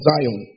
Zion